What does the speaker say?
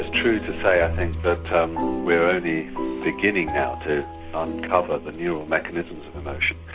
ah true to say, i think, that we're only beginning now to uncover the neural mechanisms of emotion,